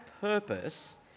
purpose